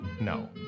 No